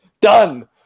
Done